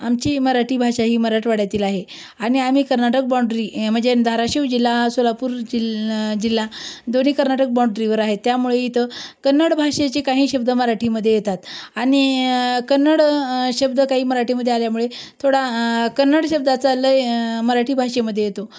आमची मराठी भाषा ही मराठवाड्यातील आहे आणि आम्ही कर्नाटक बाँंड्री म्हणजे धाराशिव जिल्हा सोलापूर जिल्हा जिल्हा दोन्ही कर्नाटक बाँंड्रीवर आहे त्यामुळे इथं कन्नड भाषेचे काही शब्द मराठीमध्ये येतात आणि कन्नड शब्द काही मराठीमध्ये आल्यामुळे थोडा कन्नड शब्दाचा लय मराठी भाषेमध्ये येतो